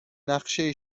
نقشه